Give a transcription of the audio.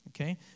Okay